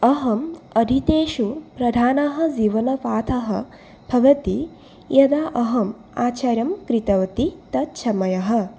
अहम् अधीतेषु प्रधानः जीवनपाठः भवति यदा अहम् आचार्यं कृतवती तत् समयः